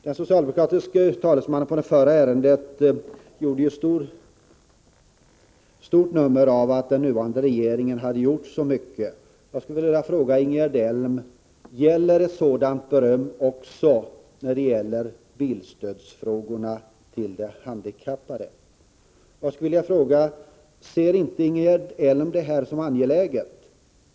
Den socialdemokratiska talesmannen i det förra ärendet gjorde ju stort nummer av att den nuvarande regeringen har gjort så mycket. Jag skulle vilja fråga Ingegerd Elm: Gäller sådant beröm också i fråga om bilstödet till de handikappade? Ser inte Ingegerd Elm bilstödet som angeläget?